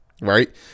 right